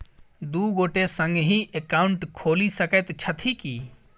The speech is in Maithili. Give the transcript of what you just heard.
दु गोटे संगहि एकाउन्ट खोलि सकैत छथि की?